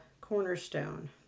cornerstone